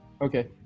Okay